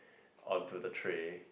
onto the tray